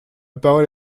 parole